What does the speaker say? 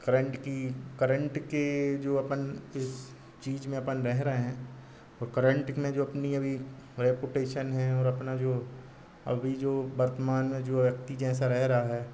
current की current के जो अपन किस किसी चीज़ में अपन बह रहे हैं और करंट में जो अपनी अभी रेपुटेसन है और अपना जो अभी जो बर्तमान में जो है कि जैसा रह रहा है